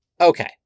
Okay